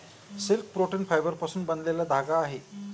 silk protein फायबरपासून बनलेला धागा आहे